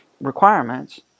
requirements